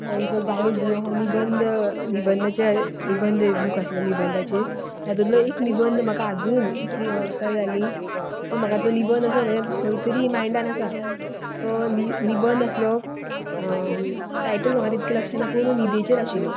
तांचो जायो जुयो हो निबंध निबंदाचेर निबंद बूक आसलो निबंधाचेर तातूंतलो एक निबंध म्हाका आजून इतलीं वर्सां जालीं पूण म्हाका तो निबंद म्हज्या खंय तरी मायंडान आसा तो निबंद आसलो पूण टायटल म्हाका तितलें लक्षांत ना पूण निदेचेर आशिल्लो